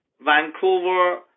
Vancouver